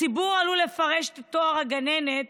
הציבור עלול לפרש את התואר "גננת"